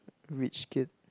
rich kid